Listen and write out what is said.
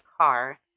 car